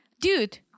dude